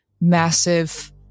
massive